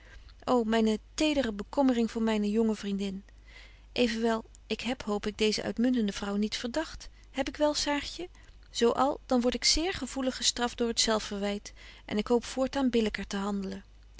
ô myne tedere bekommering voor myne jonge vriendin evenwel ik heb hoop ik deeze uitmuntende vrouw niet verdagt heb ik wel saartje zo al dan word ik zeer gevoelig gestraft door het zelfverwyt en ik hoop voortaan billyker te handelen